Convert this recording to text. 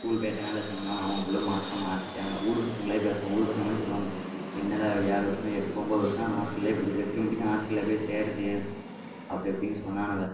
school பிள்ளைகள்கிட்டலாம் பேசுனோம்னால் அவங்கக்குள்ள மனதை மாற்றிட்டானுவ ஊர் பசங்களையும் பேசுவோம் ஊர் பசங்களையும் சொல்லுவானுக என்னாட ஏழு வருஷம் எட் ஒம்பது வருஷம் ஹாஸ்டல்லேயே படிச்சுருக்க திரும்பயும் ஹாஸ்டலில் போய் சேர்த்தியே அப்படி இப்படின்னு சொன்னானுக